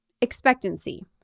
Expectancy